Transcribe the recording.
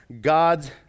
God's